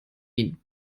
ihn